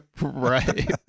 Right